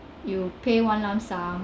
you pay one lump sum